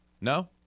No